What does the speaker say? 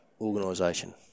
Organisation